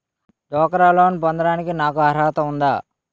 డ్వాక్రా లోన్ పొందటానికి నాకు అర్హత ఉందా?